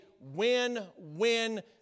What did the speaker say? win-win